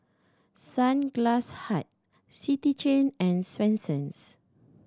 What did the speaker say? Sunglass Hut City Chain and Swensens